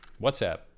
whatsapp